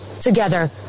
together